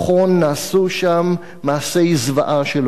נעשו שם מעשי זוועה שלא יתוארו,